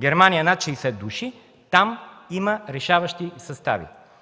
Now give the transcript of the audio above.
Германия – над 60 души, там има решаващи състави